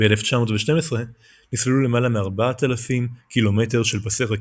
ב-1912 נסללו למעלה מארבעת אלפים קילומטר של פסי רכבת.